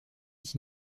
qui